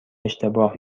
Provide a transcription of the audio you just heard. اشتباه